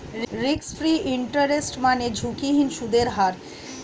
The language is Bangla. রিস্ক ফ্রি ইন্টারেস্ট মানে ঝুঁকিহীন সুদের হার